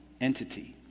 entity